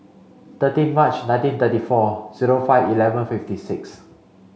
thirteen March nineteen thirty four zero five eleven fifty six